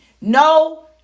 no